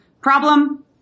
Problem